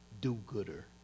do-gooder